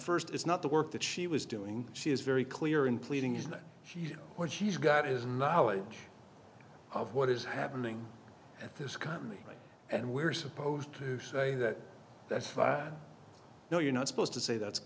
first is not the work that she was doing she is very clear in pleading is that she what she's got is knowledge of what is happening at this company and we're supposed to say that that's no you're not supposed to say that's